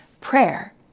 prayer